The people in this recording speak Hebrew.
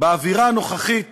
באווירה הנוכחית